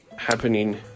happening